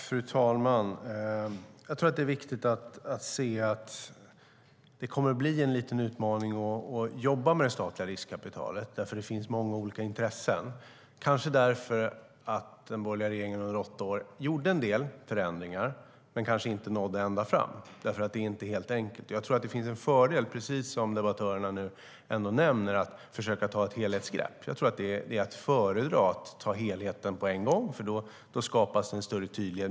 Fru talman! Jag tror att det är viktigt att se att det kommer att bli en liten utmaning att jobba med det statliga riskkapitalet, för det finns många olika intressen. Det kanske är för att den borgerliga regeringen under åtta år gjorde en del förändringar men inte nådde ända fram. Det är nämligen inte helt enkelt. Precis som debattörerna nu ändå nämner tror jag att det finns en fördel med att försöka ta ett helhetsgrepp. Jag tror att det är att föredra att ta helheten på en gång, för då skapas en större tydlighet.